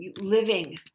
living